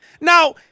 Now